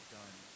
done